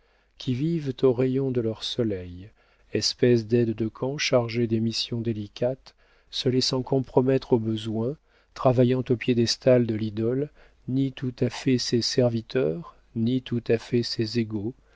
qui vivent aux rayons de leur soleil espèces d'aides de camp chargés des missions délicates se laissant compromettre au besoin travaillant au piédestal de l'idole ni tout à fait ses serviteurs ni tout à fait ses égaux